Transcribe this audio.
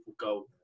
goal